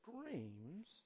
screams